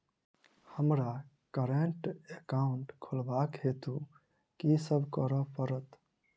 हमरा current account खोलेवाक हेतु की सब करऽ पड़त?